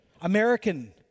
American